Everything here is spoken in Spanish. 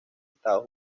estados